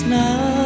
now